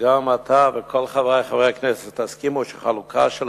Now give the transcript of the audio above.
שגם אתה וכל חברי חברי הכנסת תסכימו שחלוקה של